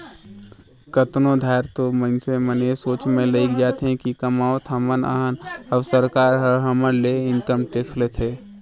कतनो धाएर तो मइनसे मन ए सोंचे में लइग जाथें कि कमावत हमन अहन अउ सरकार ह हमर ले इनकम टेक्स लेथे